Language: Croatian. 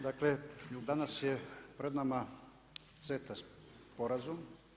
Dakle danas je pred nama CETA sporazum.